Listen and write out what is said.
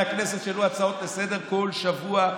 הכנסת שהעלו הצעות לסדר-היום כל שבוע?